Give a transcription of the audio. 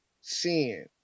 sin